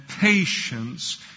patience